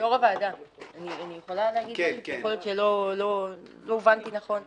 יכול להיות שלא הובנתי נכון.